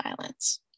violence